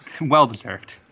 Well-deserved